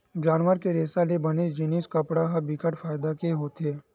जानवर के रेसा ले बने जिनिस कपड़ा ह बिकट फायदा के होथे